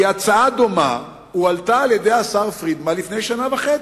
כי הצעה דומה הועלתה על-ידי השר פרידמן לפני שנה וחצי,